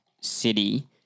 city